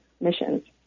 missions